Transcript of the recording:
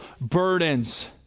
burdens